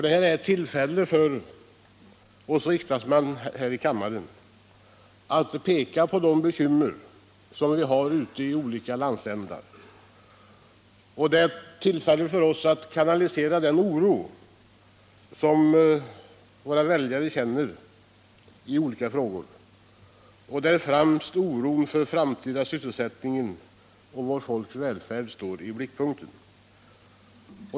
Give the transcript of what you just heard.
Detta är ett tillfälle för oss riksdagsmän att här i kammaren peka på de bekymmer vi har ute i olika landsändar. Det är också ett tillfälle för oss att kanalisera den oro som våra väljare känner i olika frågor, där främst den framtida sysselsättningen och vårt folks välfärd står i blickpunkten.